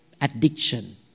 addiction